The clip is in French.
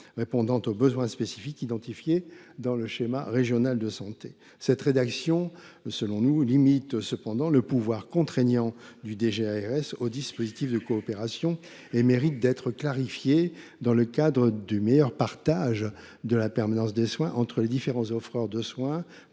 répondant ainsi aux besoins spécifiques identifiés dans le schéma régional de santé. Selon nous, cette rédaction limite cependant le pouvoir contraignant du directeur général d’ARS aux dispositifs de coopération et mérite d’être clarifiée dans le cadre du meilleur partage de la permanence des soins entre les différents offreurs pour